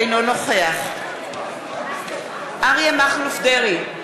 אינו נוכח אריה מכלוף דרעי,